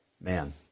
Man